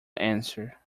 answer